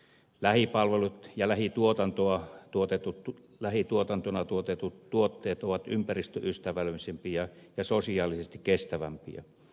lähipalvelut ja lähituotantona tuotetut tuotteet ovat ympäristöystävällisempiä ja sosiaalisesti kestävämpiä